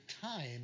time